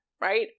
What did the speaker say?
right